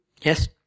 Yes